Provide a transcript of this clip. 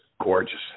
gorgeous